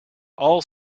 all